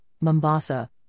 Mombasa